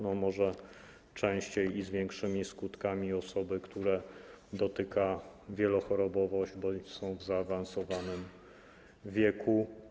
No może częściej i z większymi skutkami dotyka osoby, które dotyka wielochorobowość bądź które są w zaawansowanym wieku.